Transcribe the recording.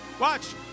watch